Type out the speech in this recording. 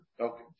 Okay